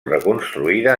reconstruïda